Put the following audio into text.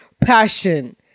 passion